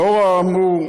לאור האמור,